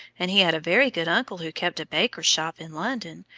and he had a very good uncle who kept a baker's shop in london,